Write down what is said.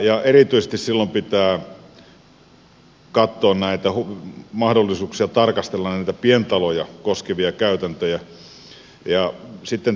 erityisesti silloin pitää katsoa näitä mahdollisuuksia tarkastella näitä pientaloja koskevia käytäntöjä